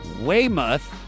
Weymouth